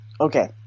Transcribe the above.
Okay